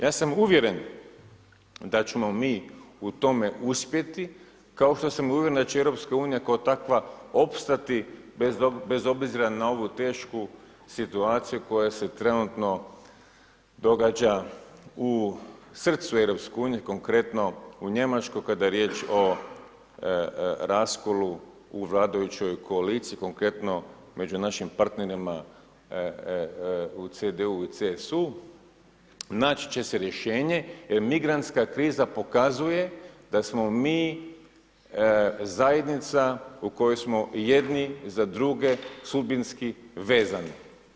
Ja sam uvjeren da ćemo mi u tome uspjeti, kao što sam uvjeren da će EU kao takva opstati bez obzira na ovu tešku situaciju koja se trenutno događa u srcu EU, konkretno u Njemačkoj kada je riječ o raskolu u vladajućoj koaliciji, konkretno među našim partnerima u CDU i CSU naći će se rješenje jer migrantska kriza pokazuje da smo mi zajednica u kojoj smo jedni za druge sudbinski vezani.